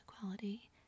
quality